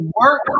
work